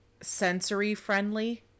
sensory-friendly